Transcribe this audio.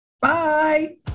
Bye